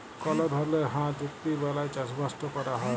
call ধরলের হাঁ চুক্তি বালায় চাষবাসট ক্যরা হ্যয়